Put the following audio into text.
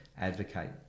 advocate